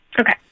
Okay